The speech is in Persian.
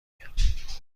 کرد